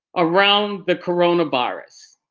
around the coronavirus?